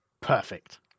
Perfect